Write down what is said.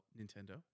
Nintendo